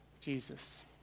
Jesus